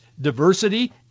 diversity